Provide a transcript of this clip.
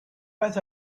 pas